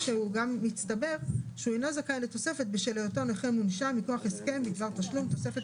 הוא אינו זכאי לתוספת בשל היותו נכה מונשם מכוח הסכם בדבר תשלום תוספת